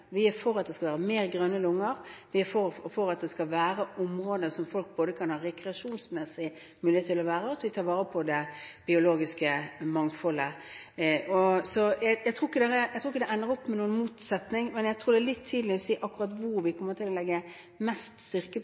vi er for at det skal være flere grønne lunger, vi er for at det skal være områder der folk kan ha rekreasjonsmessige muligheter til å være og til å ta vare på det biologiske mangfoldet. Jeg tror ikke det ender opp med noen motsetning, men jeg tror det er litt tidlig å si akkurat hvor vi kommer til å legge inn mest styrke,